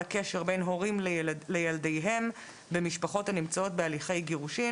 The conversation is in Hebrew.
הקשר בין הורים לילדיהם במשפחות הנמצאות בהליכי גירושין"